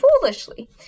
foolishly